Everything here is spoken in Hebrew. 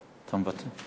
אתה מוותר?